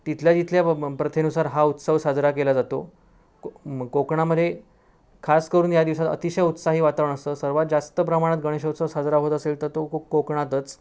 तिथल्या तिथल्या प म प्रथेनुसार हा उत्सव साजरा केला जातो को म कोकणामध्ये खासकरून या दिवसात अतिशय उत्साही वातावरण असतं सर्वात जास्त प्रमाणात गणेशोत्सव साजरा होत असेल तर तो को कोकणातच